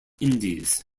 indies